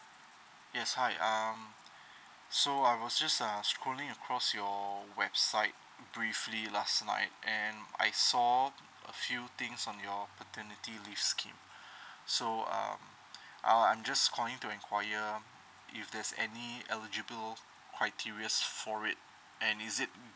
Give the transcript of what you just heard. yes hi um so I was just err scrolling across your website briefly last night and I saw a few things on your paternity leave scheme so um uh I'm just calling to enquire if there's any eligible criterias for it and is it